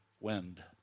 wind